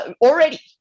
already